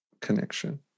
connection